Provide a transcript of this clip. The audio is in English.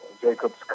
Jacob's